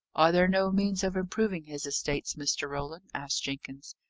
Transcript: are there no means of improving his estates, mr. roland? asked jenkins.